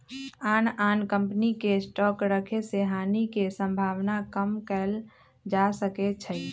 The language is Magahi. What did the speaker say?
आन आन कम्पनी के स्टॉक रखे से हानि के सम्भावना कम कएल जा सकै छइ